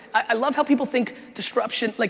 i love how people think disruption, like